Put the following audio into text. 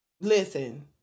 Listen